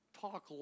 Talk